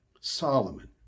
Solomon